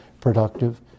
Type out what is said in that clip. productive